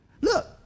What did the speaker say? Look